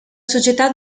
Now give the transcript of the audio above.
società